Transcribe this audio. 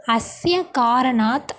अस्य कारणात्